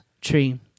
tree